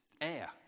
air